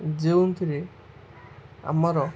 ଯେଉଁଥିରେ ଆମର